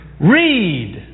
Read